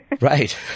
Right